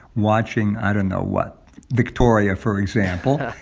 watching i don't know what victoria, for example,